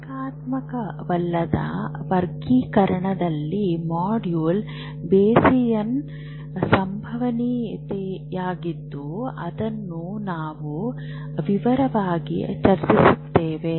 ರೇಖಾತ್ಮಕವಲ್ಲದ ವರ್ಗೀಕರಣದಲ್ಲಿ module Bayesian ಸಂಭವನೀಯತೆಯಾಗಿದ್ದು ಅದನ್ನು ನಾವು ವಿವರವಾಗಿ ಚರ್ಚಿಸುತ್ತೇವೆ